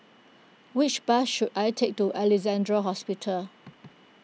which bus should I take to Alexandra Hospital